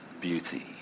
beauty